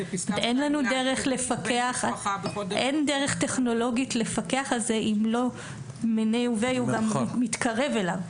אין לנו דרך טכנולוגית לפקח על זה אם לא מיני וביי הוא גם מתקרב אליו.